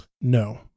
No